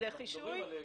כן.